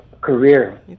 career